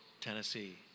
Tennessee